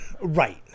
Right